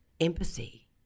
empathy